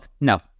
no